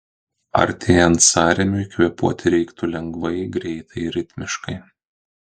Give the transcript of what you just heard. artėjant sąrėmiui kvėpuoti reiktų lengvai greitai ir ritmiškai